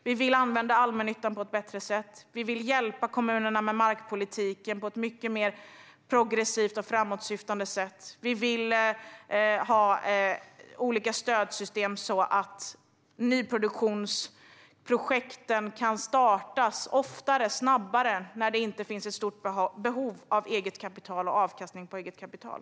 Vi vill använda allmännyttan på ett bättre sätt, vi vill hjälpa kommunerna med markpolitiken på ett mycket mer progressivt och framåtsyftande sätt och vi vill ha olika stödsystem så att nyproduktionsprojekt kan startas oftare och snabbare, när det inte finns ett stort behov av eget kapital och avkastning på eget kapital.